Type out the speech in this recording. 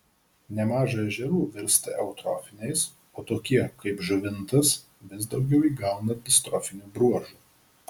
nemaža ežerų virsta eutrofiniais o tokie kaip žuvintas vis daugiau įgauna distrofinių bruožų